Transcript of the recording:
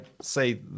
say